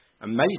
amazing